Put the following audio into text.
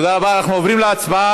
הקראתי קודם את השמות.